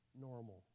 normal